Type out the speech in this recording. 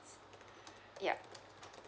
yup